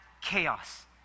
chaos